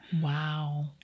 Wow